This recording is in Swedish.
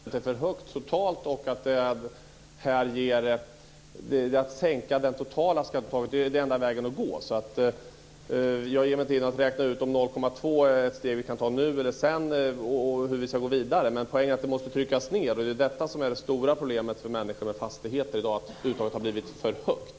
Fru talman! Den enda vägen att gå är att sänka den totala kostnaden. Om vi ska ta steget 0,2 % nu eller sedan är egalt. Poängen är att kostnaden måste tryckas ned. Det stora problemet i dag för människor med fastigheter är att skatteuttaget har blivit för högt.